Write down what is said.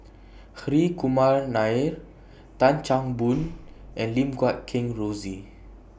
Hri Kumar Nair Tan Chan Boon and Lim Guat Kheng Rosie